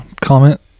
comment